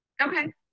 Okay